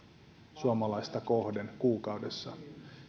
suomalaista kohden kuukaudessa